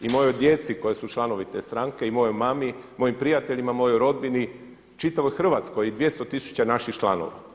I mojoj djeci koja su članovi te stranke i mojoj mami, mojim prijateljima, mojoj rodbini, čitavoj Hrvatskoj i 200 tisuća naših članova.